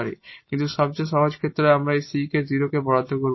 কিন্তু সবচেয়ে সহজ ক্ষেত্রে আমরা এই C কে 0 এ বরাদ্দ করব